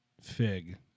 fig